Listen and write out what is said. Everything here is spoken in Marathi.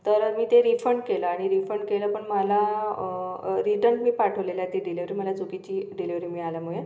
तर मी ते रिफंड केलं आणि रिफंड केलं पण मला रिटन मी पाठवलेलं आहे ती डिलेवरी मला चुकीची डिलेवरी मिळाल्यामुळे